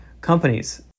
companies